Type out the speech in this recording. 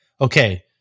Okay